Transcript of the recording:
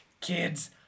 Kids